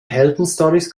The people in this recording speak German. heldenstorys